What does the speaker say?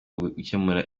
gukemura